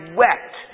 wept